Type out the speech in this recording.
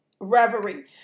reverie